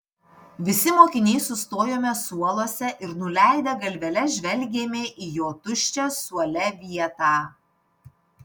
visi mokiniai sustojome suoluose ir nuleidę galveles žvelgėme į jo tuščią suole vietą